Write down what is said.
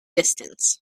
distance